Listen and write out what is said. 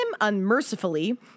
unmercifully